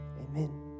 amen